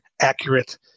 accurate